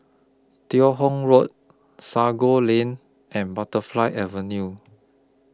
Teo Hong Road Sago Lane and Butterfly Avenue